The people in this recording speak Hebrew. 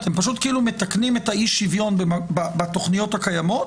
אתם פשוט כאילו מתקנים את האי שוויון בתוכניות הקיימות,